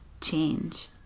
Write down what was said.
change